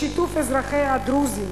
בשיתוף אזרחיה הדרוזים,